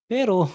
Pero